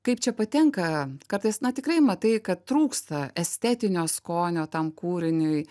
kaip čia patenka kartais na tikrai matai kad trūksta estetinio skonio tam kūriniui